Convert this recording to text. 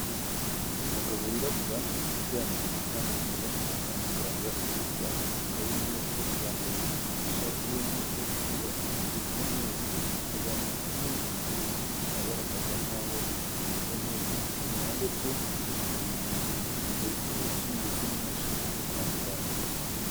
Umugabo wirabura uryamye ku gitanda kimeze nk'icyo kwa muganga kiriho amashuka y'umweru yambaye ishati y'umweru n'agasengeri k'umweru, azamuye igikumwe hejuru agaragaza nkaho ameze neza iruhande rwe hari imigozi myinshi ndetse n'imashini zo kwa muganga.